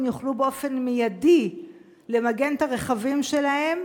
יוכלו באופן מיידי למגן את הרכבים שלהם